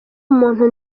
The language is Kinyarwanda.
umuntu